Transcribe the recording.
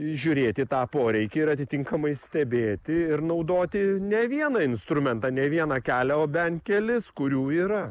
žiūrėti į tą poreikį ir atitinkamai stebėti ir naudoti ne vieną instrumentą ne vieną kelią o bent kelis kurių yra